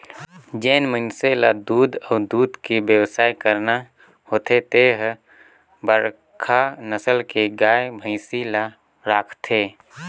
जेन मइनसे ल दूद अउ दूद के बेवसाय करना होथे ते हर बड़खा नसल के गाय, भइसी ल राखथे